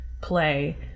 play